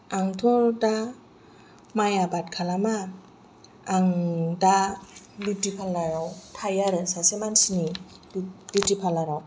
आंथ' दा माइ आबाद खालामा आं दा बिउटि पार्लाराव थायो आरो सासे मानसिनि बिउटि पार्लाराव